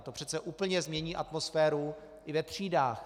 To přece úplně změní i atmosféru ve třídách.